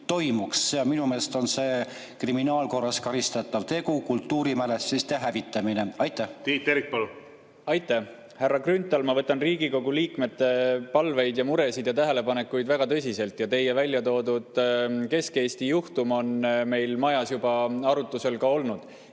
Minu meelest on see kriminaalkorras karistatav tegu, kultuurimälestise hävitamine. Tiit Terik, palun! Aitäh! Härra Grünthal! Ma võtan Riigikogu liikmete palveid ja muresid ja tähelepanekuid väga tõsiselt ja teie välja toodud Kesk-Eesti juhtum on meil majas juba arutusel olnud.